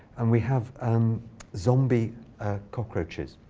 and we have um zombie cockroaches